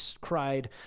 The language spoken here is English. cried